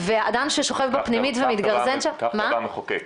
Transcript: והאדם ששוכב בפנימית ומתגרזן שם --- כך קבע המחוקק.